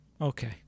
Okay